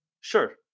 Sure